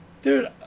Dude